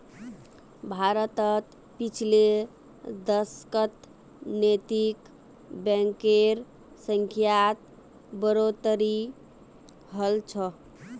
भारतत पिछले दशकत नैतिक बैंकेर संख्यात बढ़ोतरी हल छ